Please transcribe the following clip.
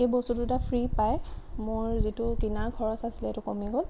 এই বস্তু দুটা ফ্ৰী পাই মোৰ যিটো কিনাৰ খৰচ আছিলে সেইটো কমি গ'ল